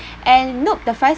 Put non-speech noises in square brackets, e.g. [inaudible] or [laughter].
[breath] and nope the fries